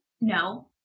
No